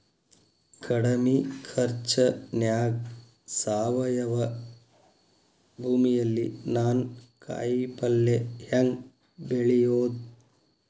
ಕಡಮಿ ಖರ್ಚನ್ಯಾಗ್ ಸಾವಯವ ಭೂಮಿಯಲ್ಲಿ ನಾನ್ ಕಾಯಿಪಲ್ಲೆ ಹೆಂಗ್ ಬೆಳಿಯೋದ್?